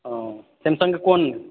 हऽ सैमसङ्गके कोन